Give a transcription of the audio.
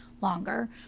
longer